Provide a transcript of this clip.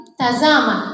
tazama